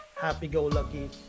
happy-go-lucky